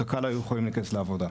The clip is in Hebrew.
קק"ל היו יכולים להיכנס לעבודה.